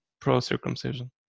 pro-circumcision